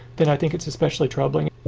then i think it's especially troubling